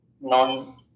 non